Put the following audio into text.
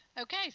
Okay